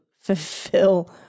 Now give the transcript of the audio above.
fulfill